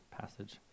passage